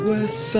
West